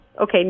Okay